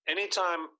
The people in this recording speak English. Anytime